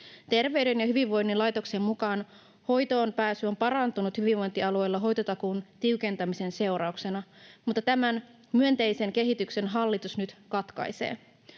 Terveyden ja hyvinvoinnin laitoksen mukaan hoitoonpääsy on parantunut hyvinvointialueilla hoitotakuun tiukentamisen seurauksena, mutta tämän myönteisen kehityksen hallitus nyt katkaisee.